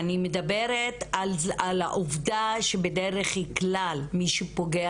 אני מדברת על העובדה שבדרך כלל מי שפוגע